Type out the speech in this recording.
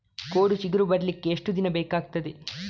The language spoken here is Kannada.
ಕೋಡು ಚಿಗುರು ಬರ್ಲಿಕ್ಕೆ ಎಷ್ಟು ದಿನ ಬೇಕಗ್ತಾದೆ?